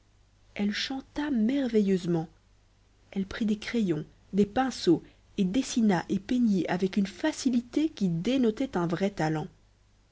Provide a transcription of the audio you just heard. elle chanta merveilleusement elle prit des crayons des pinceaux et dessina et peignit avec une facilité qui dénotait un vrai talent